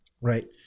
Right